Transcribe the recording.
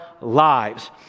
lives